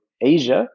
Asia